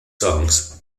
songs